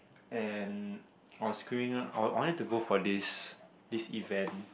and I was queuing up I I wanted go for this this event